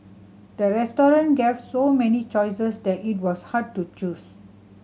the restaurant gave so many choices that it was hard to choose